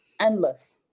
endless